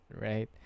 right